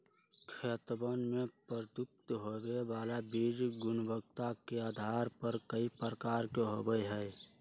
खेतवन में प्रयुक्त होवे वाला बीज गुणवत्ता के आधार पर कई प्रकार के होवा हई